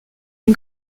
une